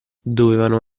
dovevano